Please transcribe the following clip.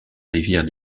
rivière